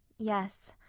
yes,